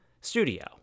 studio